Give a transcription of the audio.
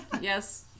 Yes